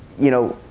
you know,